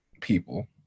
people